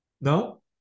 no